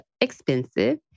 expensive